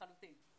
לחלוטין.